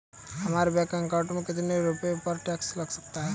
हमारे bank account में कितने रुपये पर टैक्स लग सकता है?